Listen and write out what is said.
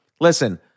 listen